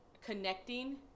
connecting